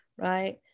right